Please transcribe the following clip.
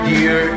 Dear